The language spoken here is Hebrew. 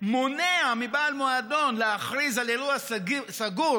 מונעת מבעל מועדון להכריז על אירוע סגור